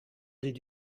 did